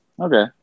Okay